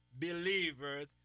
believers